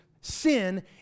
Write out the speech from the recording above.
Sin